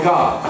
God